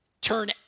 turn